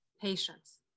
Patience